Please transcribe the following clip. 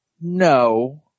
No